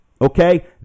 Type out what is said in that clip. okay